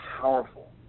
powerful